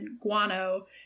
guano